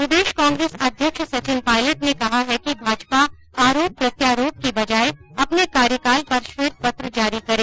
प्रदेश कांग्रेस अध्यक्ष सचिन पायलट ने कहा है कि भाजपा आरोप प्रत्यारोप की बजाय अपने कार्यकाल पर श्वेत पत्र जारी करे